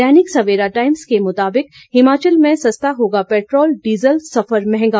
दैनिक Savera times के मुताबिक हिमाचल में सस्ता होगा पैट्रोल डीजल सफर मंहगा